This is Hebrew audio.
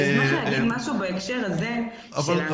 אשמח להגיד משהו בהקשר של ההשלכות.